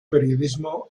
periodismo